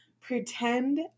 Pretend